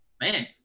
man